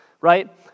right